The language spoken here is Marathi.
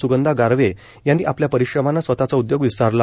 स्गंधा गारवे यांनी आपल्या परिश्रमानं स्वतःचा उद्योग विस्तारला